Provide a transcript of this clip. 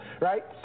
right